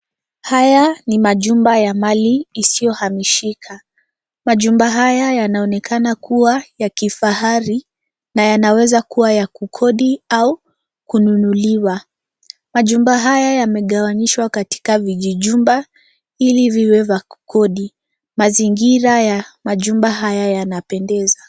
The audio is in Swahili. Haya ni majumba ya mali isiyohamishika. Majumba haya yanaonekana kuwa ya kifahari na yanaweza kuwa ya kukodi au kununuliwa. Majumba haya yamegawanishwa katika vijijumba ili viwe vya kukodi. Mazingira ya majumba haya yanapendeza.